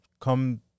come